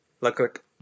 look